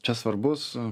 čia svarbus